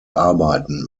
arbeiten